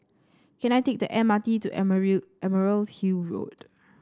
can I take the M R T to Emerald Hill Road